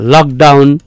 Lockdown